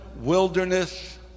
wilderness